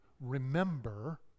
remember